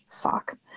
fuck